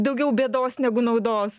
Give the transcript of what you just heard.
daugiau bėdos negu naudos